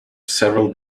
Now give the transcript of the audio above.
several